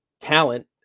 talent